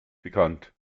bekannt